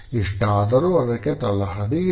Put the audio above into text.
ಇಷ್ಟಾದರೂ ಇದಕ್ಕೆ ತಳಹದಿ ಇದೆ